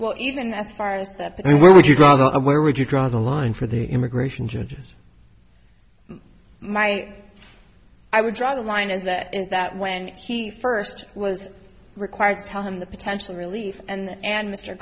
well even as far as that but where would you rather i where would you draw the line for the immigration judge my i would draw the line is that is that when he first was required to tell him the potential relief and and mr